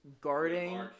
guarding